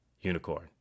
Unicorn